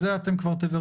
זה לא תנאי.